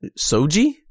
Soji